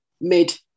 mid